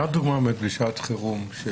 מה הדוגמה לשעת חירום?